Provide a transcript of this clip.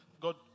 God